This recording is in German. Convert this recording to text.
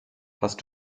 hast